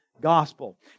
gospel